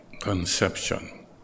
Conception